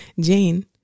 Jane